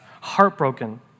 heartbroken